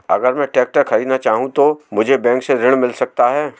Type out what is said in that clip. अगर मैं ट्रैक्टर खरीदना चाहूं तो मुझे बैंक से ऋण मिल सकता है?